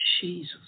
Jesus